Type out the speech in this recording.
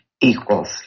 equals